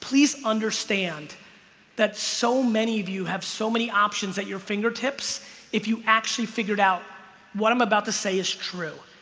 please understand that so many of you have so many options at your fingertips if you actually figured out what i'm about to say is true.